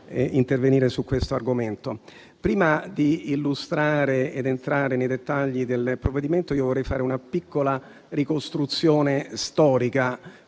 intervenire su questo argomento. Prima di illustrare ed entrare nei dettagli del provvedimento, io vorrei fare una piccola ricostruzione storica.